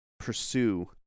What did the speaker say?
pursue